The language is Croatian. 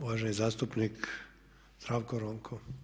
Uvaženi zastupnik Zdravko Ronko.